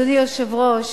אדוני היושב-ראש,